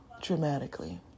dramatically